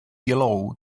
yellow